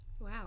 Wow